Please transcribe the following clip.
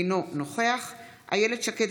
אינו נוכח אילת שקד,